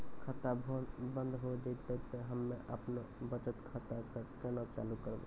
खाता बंद हो जैतै तऽ हम्मे आपनौ बचत खाता कऽ केना चालू करवै?